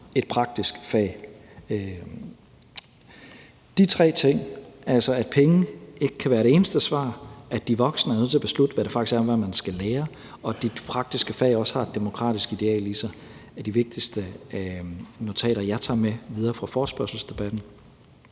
et praktisk fag. Kl. 14:27 De tre ting – at penge ikke kan være det eneste svar, at de voksne er nødt til at beslutte, hvad det faktisk er, man skal lære, og at de praktiske fag også har et demokratisk ideal i sig – er de vigtigste notater, jeg tager med mig videre fra forespørgselsdebatten.